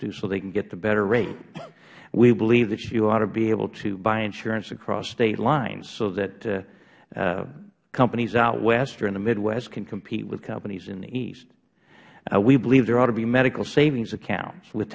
do so they can get the better rate we believe you ought to be able to buy insurance across state lines so that companies out west or in the midwest can compete with companies in the east we believe there ought to be medical savings accounts with